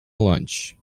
lunch